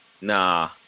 Nah